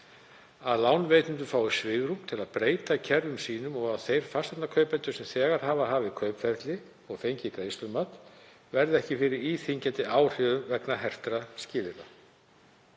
að lánveitendur fái svigrúm til að breyta kerfum sínum og að þeir fasteignakaupendur sem þegar hafa hafið kaupferli og fengið greiðslumat verði ekki fyrir íþyngjandi áhrifum vegna hertra skilyrða.